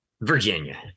Virginia